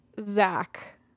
Zach